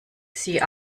sie